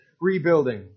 rebuilding